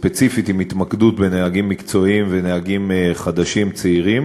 ספציפית עם התמקדות בנהגים מקצועיים ונהגים חדשים-צעירים.